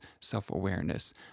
self-awareness